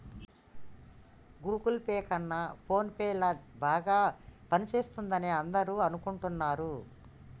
Google Pay కన్నా PhonePe ల బాగా పనిచేస్తుందని అందరూ అనుకుంటున్నారు